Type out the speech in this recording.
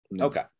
Okay